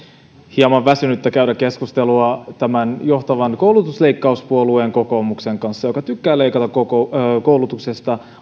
hieman väsynyttä käydä keskustelua tämän johtavan koulutusleikkauspuolueen kokoomuksen kanssa joka on tykännyt leikata koulutuksesta